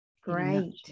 great